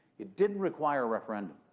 it didn't require a referendum.